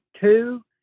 two